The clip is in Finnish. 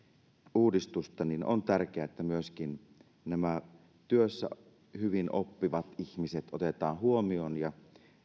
uudistusta on tärkeää että myöskin nämä työssä hyvin oppivat ihmiset otetaan huomioon ja